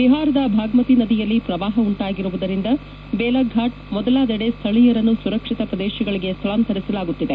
ಬಿಹಾರದ ಭಾಗ್ಮತಿ ನದಿಯಲ್ಲಿ ಪ್ರವಾಪ ಉಂಟಾಗಿರುವುದರಿಂದ ಬೇಲಾಫಾಟ್ ಮೊದಲಾದೆಡೆ ಸ್ಥಳೀಯರನ್ನು ಸುರಕ್ಷಿತ ಪ್ರದೇಶಗಳಿಗೆ ಸ್ಥಳಾಂತರಿಸಲಾಗುತ್ತಿದೆ